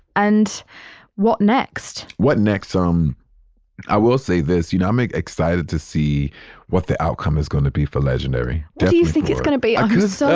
and what next? what next? um i will say this. you know i'm excited to see what the outcome is going to be for legendary what do you think it's gonna be? i'm so